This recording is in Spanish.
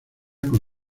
con